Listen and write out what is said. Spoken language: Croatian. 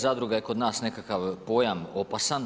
Zadruga je kod nas nekakav pojam opasan.